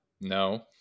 No